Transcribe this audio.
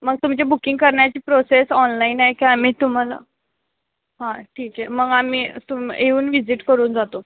मग तुमची बुकिंग करण्याची प्रोसेस ऑनलाईन आहे का आम्ही तुम्हाला हां ठीक आहे मग आम्ही तुम येऊन व्हिजिट करून जातो